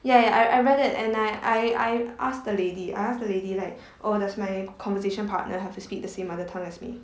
ya ya I I read it and I I asked the lady I asked lady like oh does my conversation partner have to speak the same mother tongue as me